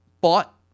bought